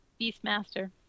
Beastmaster